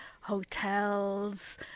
hotels